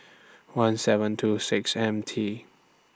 one seven two six M T